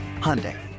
Hyundai